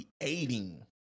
creating